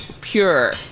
pure